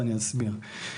ואני אסביר.